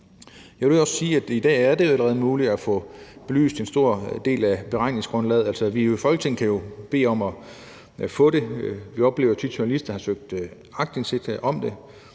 Jeg vil også sige, at det i dag allerede er muligt at få belyst en stor del af beregningsgrundlaget. Folketinget kan jo bede om at få det. Vi oplever tit, at journalister har søgt aktindsigt i det.